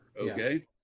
okay